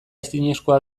ezinezkoa